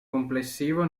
complessivo